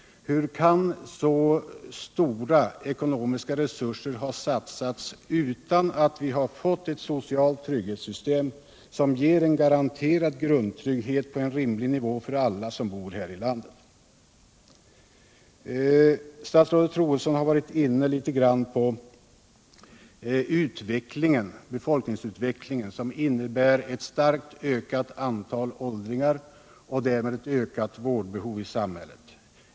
Hur kan så stora ekonomiska resurser ha satsats, utan att vi har fått ett socialt trygghetssystem som ger en garanterad grundtrygghet på en rimlig nivå för alla som bor här i landet? Statsrådet Troedsson har något varit inne på befolkningsutvecklingen, som innebär att vi får en stark ökning av antalet åldringar och därmed ett ökat vårdbehov.